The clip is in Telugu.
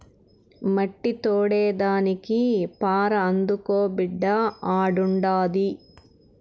మట్టి తోడేదానికి పార అందుకో బిడ్డా ఆడుండాది